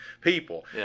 people